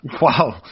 Wow